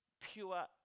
pure